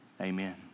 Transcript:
amen